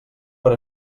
per